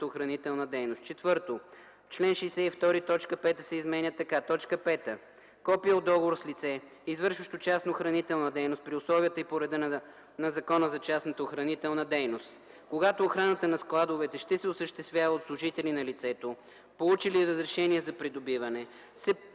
охранителна дейност;”. 4. В чл. 62 т. 5 се изменя така: „5. копие от договор с лице, извършващо частна охранителна дейност при условията и по реда на Закона за частната охранителна дейност; когато охраната на складовете ще се осъществява от служители на лицето, получило разрешение за придобиване, се